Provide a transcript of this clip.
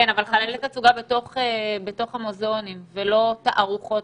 אבל חללי תצוגה בתוך המוזיאונים ולא תערוכות,